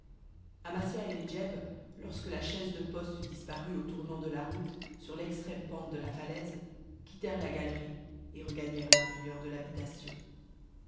amasia et nedjeb lorsque la chaise de poste eut disparu au tournant de la route sur l'extrême pente de la falaise quittèrent la galerie et regagnèrent l'intérieur de l'habitation